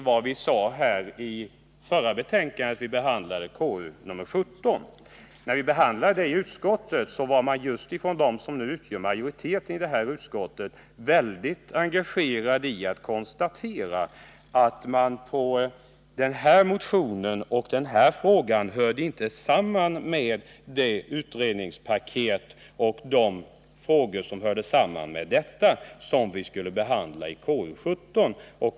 När vi i utskottet behandlade de frågor som tas upp i betänkandet nr 17 var de som nu utgör majoritet i utskottet mycket angelägna om att konstatera att den motion som behandlas i betänkande nr 18 inte hör samman med de frågor och det utredningspaket som tas upp i betänkande nr 17.